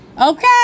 okay